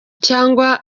cyangwa